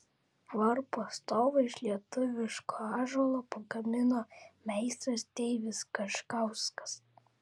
varpo stovą iš lietuviško ąžuolo pagamino meistras deivis kaškauskas